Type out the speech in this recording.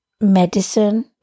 medicine